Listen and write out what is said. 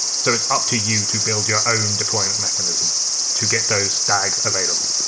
so it's up to you to build your own deployment mechanism to get those dags available.